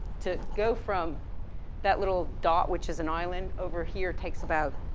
to go from that little dot which is an island over here takes about